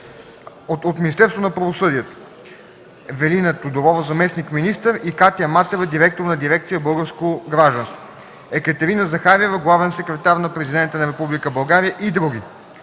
от Министерството на правосъдието: Велина Тодорова – заместник-министър, и Катя Матева – директор на дирекция „Българско гражданство”; Екатерина Захариева – главен секретар на Президента на Република България и други.